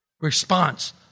response